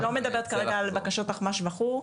אני לא מדברת כרגע על בקשות אחמ"ש וכולי,